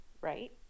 Right